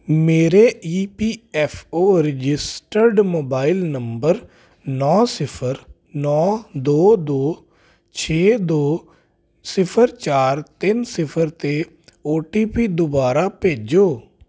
ਮੇਰੇ E P F O registered mobile number ਨੌਂ ਸਿਫਰ ਨੌਂ ਦੋ ਦੋ ਛੇ ਦੋ ਸਿਫਰ ਚਾਰ ਤਿੰਨ ਸਿਫਰ 'ਤੇ ਓ ਟੀ ਪੀ ਦੁਬਾਰਾ ਭੇਜੋ